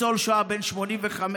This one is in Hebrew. ניצול שואה בן 85,